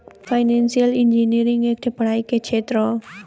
financial engineering एक ठे पढ़ाई के क्षेत्र हौ